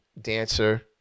Dancer